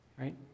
right